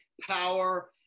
power